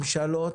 ממשלות,